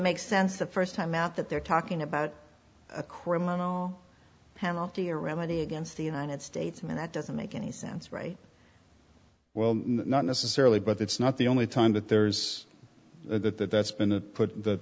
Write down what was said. make sense the first time out that they're talking about a criminal penalty or remedy against the united states when that doesn't make any sense right well not necessarily but it's not the only time that there's that that that's been a put